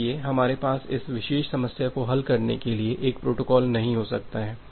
इसलिए हमारे पास इस विशेष समस्या को हल करने के लिए एक प्रोटोकॉल नहीं हो सकता है